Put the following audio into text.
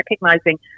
recognising